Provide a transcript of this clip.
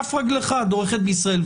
שכף רגלך דורכת בישראל.